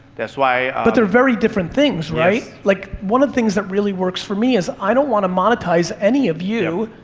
that's why but they're very different things, right? like one of the things that really works for me is i don't wanna monetize any of you,